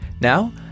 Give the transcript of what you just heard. Now